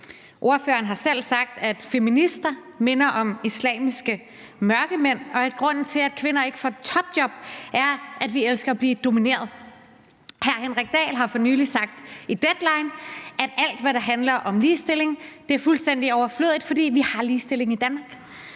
Ordføreren har selv sagt, at feminister minder om islamiske mørkemænd, og at grunden til, at kvinder ikke får topjob, er, at vi elsker at blive domineret. Hr. Henrik Dahl har for nylig sagt i Deadline, at alt, hvad der handler om ligestilling, er fuldstændig overflødigt, fordi vi har ligestilling i Danmark.